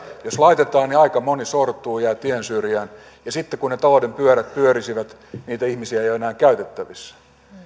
jos laitetaan niin aika moni sortuu jää tien syrjään ja sitten kun ne talouden pyörät pyörisivät niitä ihmisiä ei ole enää käytettävissä